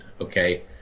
okay